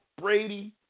Brady